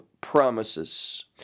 promises